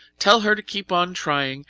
tell her to keep on trying,